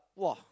!wah!